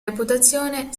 reputazione